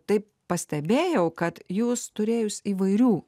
taip pastebėjau kad jūs turėjus įvairių